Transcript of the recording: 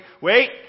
wait